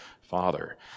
Father